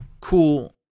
cool